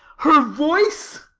her voice,